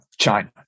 China